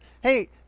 hey